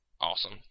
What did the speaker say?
Awesome